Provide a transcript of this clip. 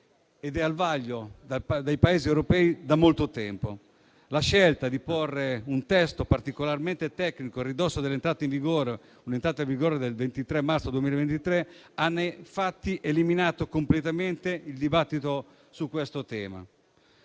ed è al vaglio dei Paesi europei da molto tempo. La scelta di porre un testo particolarmente tecnico a ridosso dell'entrata in vigore del 23 marzo 2023 ha nei fatti eliminato completamente il dibattito su questo tema.